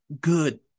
good